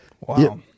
Wow